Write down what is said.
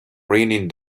raining